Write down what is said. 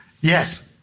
Yes